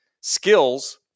skills